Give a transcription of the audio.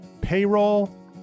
Payroll